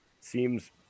seems